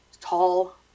tall